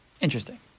interesting